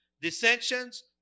dissensions